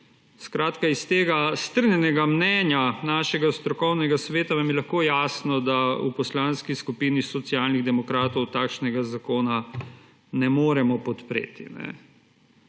Skratka, iz tega strnjenega mnenja našega strokovnega sveta vam je lahko jasno, da v Poslanski skupini Socialnih demokratov takšnega zakona ne moremo podpreti.